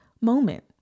moment